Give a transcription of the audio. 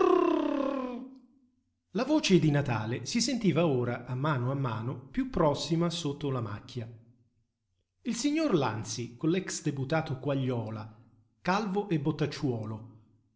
la voce di natale si sentiva ora a mano a mano piú prossima sotto la macchia il signor lanzi con l'ex deputato quagliola calvo e